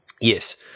Yes